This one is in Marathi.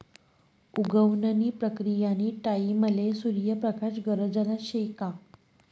उगवण नी प्रक्रीयानी टाईमले सूर्य प्रकाश गरजना शे का